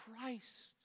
Christ